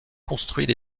construits